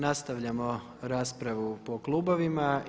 Nastavljamo raspravu po klubovima.